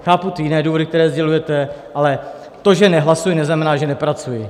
Chápu ty jiné důvody, které sdělujete, ale to, že nehlasuji, neznamená, že nepracuji.